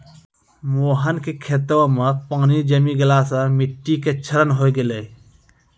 मोहन के खेतो मॅ पानी जमी गेला सॅ मिट्टी के क्षरण होय गेलै